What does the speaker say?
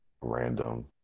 random